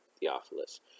Theophilus